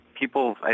people